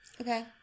Okay